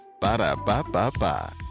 Ba-da-ba-ba-ba